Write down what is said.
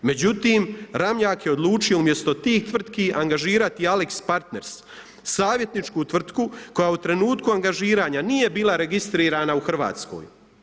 Međutim, Ramljak je odlučio umjesto tih tvrtki angažirati AlixPartners, savjetničku tvrtku koja je u trenutku angažiranja nije bila registrirana u Hrvatskoj.